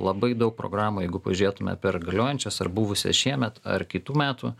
labai daug programų jeigu pažiūrėtume per galiojančias ar buvusias šiemet ar kitų metų